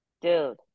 Dude